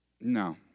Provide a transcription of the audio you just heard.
No